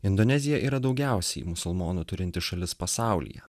indonezija yra daugiausiai musulmonų turinti šalis pasaulyje